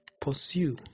Pursue